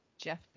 Jeff